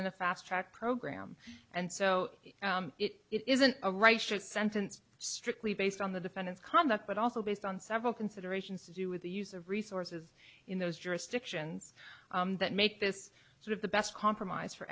in a fast track program and so it isn't a righteous sentence strictly based on the defendant's conduct but also based on several considerations to do with the use of resources in those jurisdictions that make this sort of the best compromise for